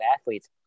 athletes